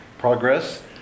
progress